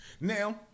Now